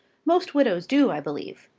most widows do, i believe.